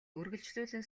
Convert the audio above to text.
үргэлжлүүлэн